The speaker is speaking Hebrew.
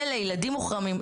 ולילדים מוחרמים,